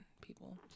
people